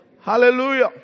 Hallelujah